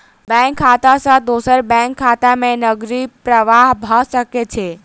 bank खाता सॅ दोसर बैंक खाता में नकदी प्रवाह भ सकै छै